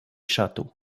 châteaux